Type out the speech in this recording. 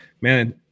man